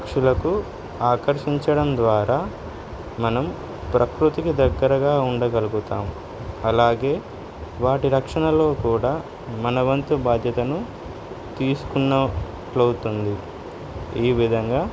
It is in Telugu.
పక్షులకు ఆకర్షించడం ద్వారా మనం ప్రకృతికి దగ్గరగా ఉండగలుగుతాం అలాగే వాటి రక్షణలో కూడా మనవంతు బాధ్యతను తీసుకున్నట్లవుతుంది ఈ విధంగా